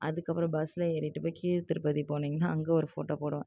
அதுக்கப்புறம் பஸ்ஸில் ஏறிட்டு போய் கீழ்திருப்பதி போனீங்கன்னால் அங்கே ஒரு ஃபோட்டோ போடுவேன்